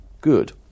good